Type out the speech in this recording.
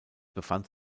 befand